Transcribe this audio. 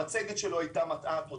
המצגת שלו הייתה מטעה.